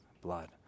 blood